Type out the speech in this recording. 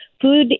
food